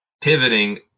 Pivoting